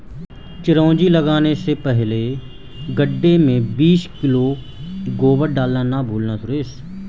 चिरौंजी लगाने से पहले गड्ढे में बीस किलो गोबर डालना ना भूलना सुरेश